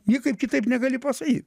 niekaip kitaip negali pasakyt